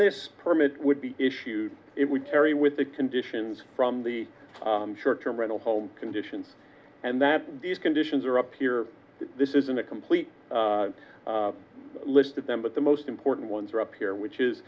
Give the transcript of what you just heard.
this permit would be issued it would carry with the conditions from the short term rental home conditions and that these conditions are up here this isn't a complete list of them but the most important ones are up here which is